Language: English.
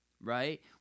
right